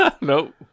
Nope